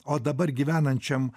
o dabar gyvenančiam